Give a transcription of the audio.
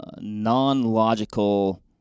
non-logical